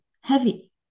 heavy